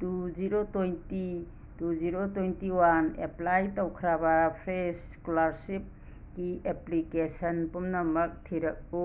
two zero twenty two zero twenty one apply ꯇꯧꯈ꯭ꯔꯥꯕ fresh ꯁ꯭ꯀꯣꯂꯔꯁꯤꯞꯀꯤ application ꯄꯨꯝꯅꯃꯛ ꯊꯤꯔꯛꯎ